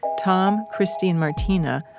tom, christy, and martina,